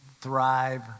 Thrive